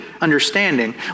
understanding